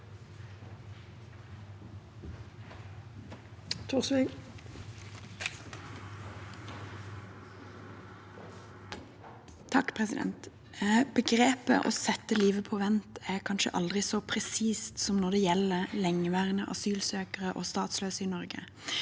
Thorsvik (V) Begrepet «å sette livet på vent» er kanskje aldri så presist som når det gjelder lengeværende asylsøkere og statsløse i Norge.